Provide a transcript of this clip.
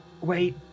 Wait